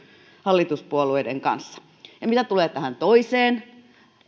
hallituspuolueiden kanssa mitä tulee tähän toiseen asiaan